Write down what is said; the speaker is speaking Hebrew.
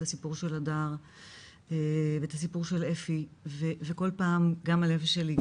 את הסיפור של הדר ואת הסיפור של אפי וכל פעם גם הלב שלי,